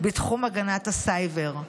בתחום הגנת הסייבר.